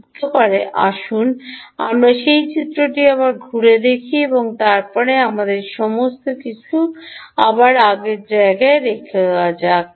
যুক্ত আসুন আমরা সেই চিত্রটি আবার ঘুরে দেখি এবং তারপরে আমাদের সমস্ত কিছু আবার জায়গায় রেখে দেওয়া যাক